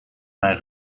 mijn